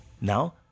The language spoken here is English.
Now